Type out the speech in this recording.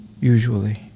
usually